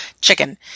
chicken